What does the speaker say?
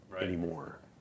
anymore